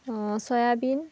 soybean